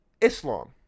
Islam